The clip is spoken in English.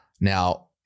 Now